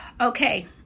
Okay